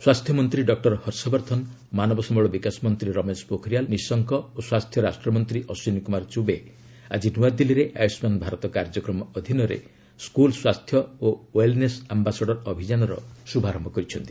ସ୍ୱାସ୍ଥ୍ୟମନ୍ତ୍ରୀ ଡକ୍ଟର ହର୍ଷବର୍ଦ୍ଧନ ମାନବ ସମ୍ଭଳ ବିକାଶ ମନ୍ତ୍ରୀ ରମେଶ ପୋଖରିଆଲ୍ ନିଶଙ୍କ ଓ ସ୍ୱାସ୍ଥ୍ୟ ରାଷ୍ଟ୍ରମନ୍ତ୍ରୀ ଅଶ୍ୱିନୀ କୁମାର ଚୁବେ ଆକି ନୂଆଦିଲ୍ଲୀରେ ଆୟୁଷ୍ମାନ ଭାରତ କାର୍ଯ୍ୟକ୍ରମ ଅଧୀନରେ ସ୍କୁଲ ସ୍ୱାସ୍ଥ୍ୟ ଓ ୱେଲ୍ନେସ ଆମ୍ଘାସଡ଼ର ଅଭିଯାନର ଶୁଭାରମ୍ଭ କରିଛନ୍ତି